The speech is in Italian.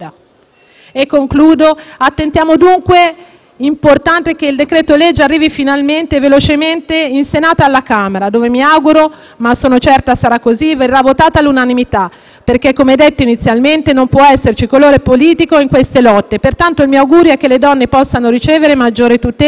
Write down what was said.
importante quindi che il decreto-legge arrivi finalmente e velocemente in Senato e alla Camera, dove mi auguro (ma sono certa sarà così) verrà votato all'unanimità perché, come detto inizialmente, non può esserci colore politico in queste lotte. Pertanto il mio augurio è che le donne possano ricevere maggiore tutela a nome di tutti noi. *(Applausi dai